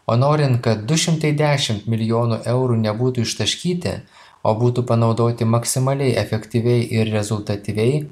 o norint kad du šimtai dešim milijonų eurų nebūtų ištaškyti o būtų panaudoti maksimaliai efektyviai ir rezultatyviai